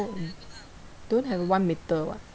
don't have one meter [what]